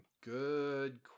Good